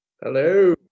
hello